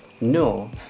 No